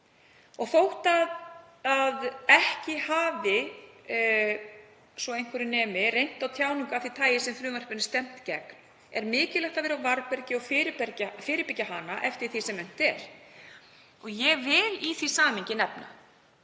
Þótt ekki hafi svo einhverju nemi reynt á tjáningu af því tagi sem frumvarpinu er stefnt gegn er mikilvægt að vera á varðbergi og fyrirbyggja hana eftir því sem unnt er. Ég vil í því samhengi nefna